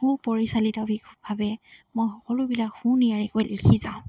সু পৰিচালিতভাৱে মই সকলোবিলাক সুনিয়াৰিকৈ লিখি যাওঁ